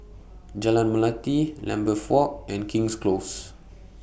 Jalan Melati Lambeth Walk and King's Close